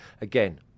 Again